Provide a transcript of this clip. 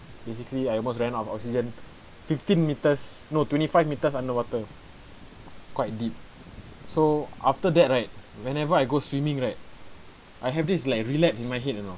basically I almost ran out of oxygen fifteen metres no twenty five metres underwater quite deep so after that right whenever I go swimming right I have this like relapse in my head you know